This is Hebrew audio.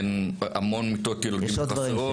אין המון מיטות ילדים חסרות,